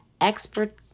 expert